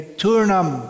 turnam